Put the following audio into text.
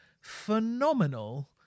phenomenal